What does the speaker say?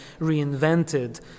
reinvented